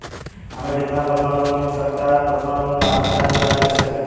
हमें कितना personal loan मिल सकता है और पर्सनल लोन पात्रता की जांच कैसे करें?